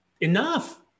enough